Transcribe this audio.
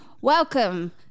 Welcome